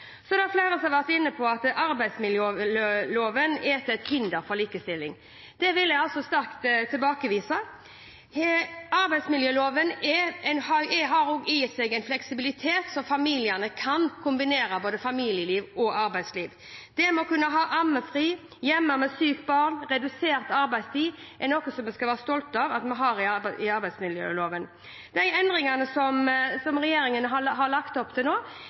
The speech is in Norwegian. Så har flere vært inne på at arbeidsmiljøloven er et hinder for likestilling. Det vil jeg sterkt tilbakevise. Arbeidsmiljøloven har i seg en fleksibilitet slik at familiene kan kombinere familieliv og arbeidsliv. Det å kunne ha ammefri, være hjemme med sykt barn, ha redusert arbeidstid er noe vi skal være stolte av å ha i arbeidsmiljøloven. De endringene som regjeringen har lagt opp til nå,